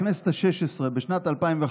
בכנסת השש-עשרה, בשנת 2005,